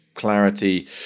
Clarity